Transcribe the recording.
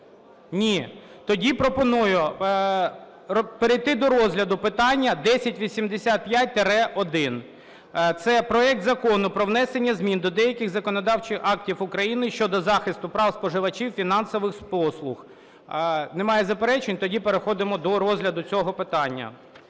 Ні. Тоді пропоную перейти до розгляду питання 1085-1. Це проект Закону про внесення змін до деяких законодавчих актів України щодо захисту прав споживачів фінансових послуг. Немає заперечень, тоді переходимо до розгляду цього питання.